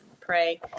pray